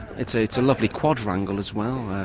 it's a it's a lovely quadrangle as well,